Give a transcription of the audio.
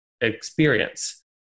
experience